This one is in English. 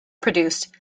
produced